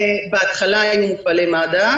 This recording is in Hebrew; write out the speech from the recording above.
בהתחלה הם הופעלו על ידי מד"א.